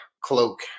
cloak